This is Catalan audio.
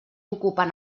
ocupant